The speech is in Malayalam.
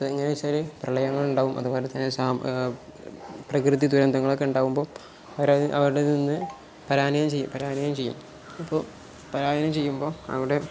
എങ്ങനെ വെച്ചാൽ പ്രളയങ്ങുണ്ടാകും അതുപോലെ തന്നെ സാ പ്രകൃതി ദുരന്തങ്ങളൊക്കെ ഉണ്ടാകുമ്പോൾ അവരാ അവരുടെ നിന്നു പരായനം ചെയ്യും പരണയം ചെയ്യും അപ്പോൾ പലായനം ചെയ്യുമ്പോൾ അവിടെ